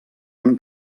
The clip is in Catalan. han